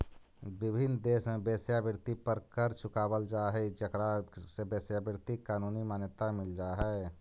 विभिन्न देश में वेश्यावृत्ति पर कर चुकावल जा हई जेकरा से वेश्यावृत्ति के कानूनी मान्यता मिल जा हई